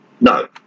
no